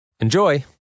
Enjoy